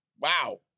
Wow